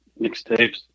mixtapes